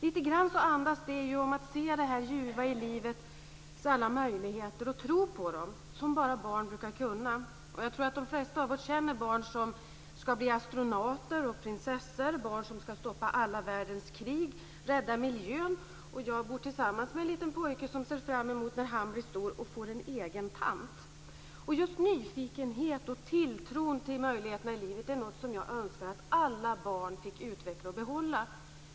Lite grann andas det att se det ljuva i livets alla möjligheter och tro på dem, som bara barn brukar kunna. Jag tror att de flesta av oss känner barn som ska bli astronauter och prinsessor, barn som ska stoppa alla världens krig och rädda miljön. Jag bor tillsammans med en liten pojke som ser fram emot när han blir stor och får "en egen tant". Just nyfikenheten och tilltron till möjligheterna i livet är något som jag önskar att alla barn fick utveckla och behålla.